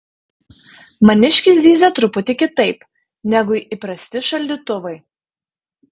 maniškis zyzia truputį kitaip negu įprasti šaldytuvai